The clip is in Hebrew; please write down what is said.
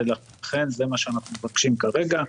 ולכן זה מה שאנחנו מבקשים כרגע.